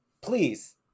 Please